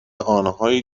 آنهایی